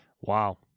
Wow